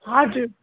हजुर